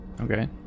Okay